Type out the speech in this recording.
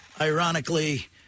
ironically